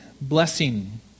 blessing